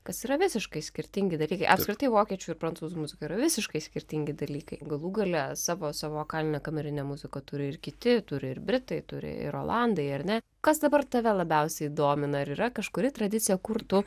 kas yra visiškai skirtingi dalykai apskritai vokiečių ir prancūzų muzika yra visiškai skirtingi dalykai galų gale savo savo vokalinę kamerinę muziką turi ir kiti turi ir britai turi ir olandai ar ne kas dabar tave labiausiai domina ar yra kažkuri tradicija kur tu